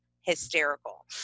hysterical